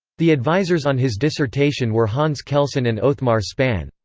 the advisers on his dissertation were hans kelsen and othmar spann.